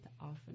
often